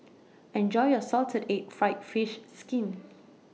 Enjoy your Salted Egg Fried Fish Skin